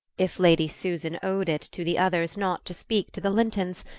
if lady susan owed it to the others not to speak to the lintons,